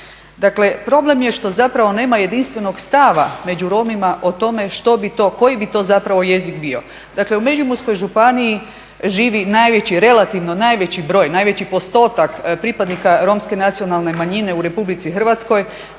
Dakle, problem je što zapravo nema jedinstvenog stava među Romima o tome što bi to, koji bi to zapravo jezik bio. Dakle, u Međimurskoj županiji živi najveći, relativno najveći broj, najveći postotak pripadnika romske nacionalne manjine u RH. Dakle,